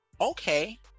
Okay